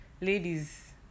Ladies